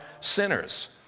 sinners